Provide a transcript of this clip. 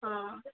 ಹಾಂ